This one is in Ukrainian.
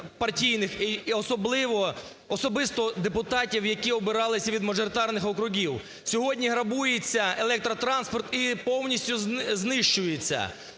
особисто депутатів, які обиралися від мажоритарних округів. Сьогодні грабується електротранспорт і повністю знищується.